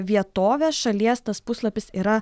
vietovės šalies tas puslapis yra